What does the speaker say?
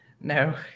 No